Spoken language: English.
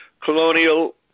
colonial